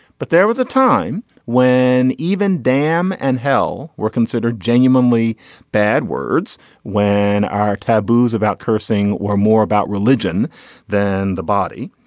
but there was a time when even dam and hell were considered genuinely bad words when our taboos about cursing were more about religion than the body.